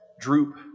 droop